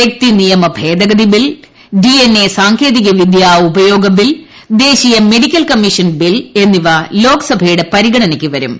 വൃക്തിനിയമ ഭേദഗതി bill D N A സാങ്കേതിക വിദ്യാ ഉപയോഗബിൽ ദേശീയ മെഡിക്കൽ കമ്മീഷൻ ബിൽ എന്നിവ ലോകസഭയുടെ പരിഗണനയ്ക്ക് വരും